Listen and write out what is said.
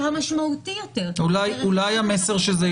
אני חושבת שברמה הפילוסופית,